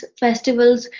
festivals